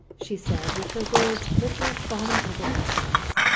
she said with her words literally falling over themselves,